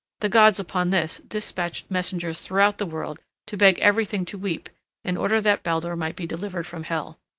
the gods upon this despatched messengers throughout the world to beg everything to weep in order that baldur might be delivered from hel.